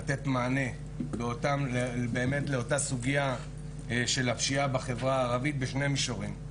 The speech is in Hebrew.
לתת מענה לאותה סוגיה של הפשיעה בחברה הערבית בשני מישורים.